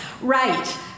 Right